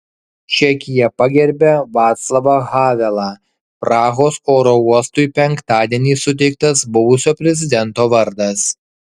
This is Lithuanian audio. čekija pagerbia vaclavą havelą prahos oro uostui penktadienį suteiktas buvusio prezidento vardas